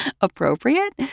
appropriate